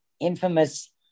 infamous